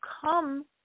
come